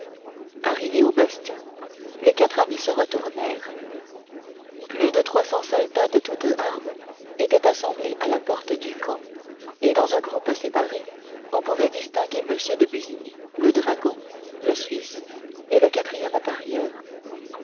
arrivés au bastion les quatre amis se retournèrent plus de trois cents soldats de toutes armes étaient assemblés à la porte du camp et dans un groupe séparé on pouvait distinguer m de busigny le dragon le suisse et le quatrième